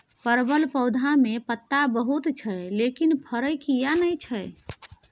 परवल पौधा में पत्ता बहुत छै लेकिन फरय किये नय छै?